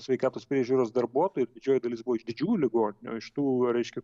sveikatos priežiūros darbuotojų didžioji dalis buvo iš didžiųjų ligoninių iš tų reiškia